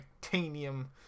titanium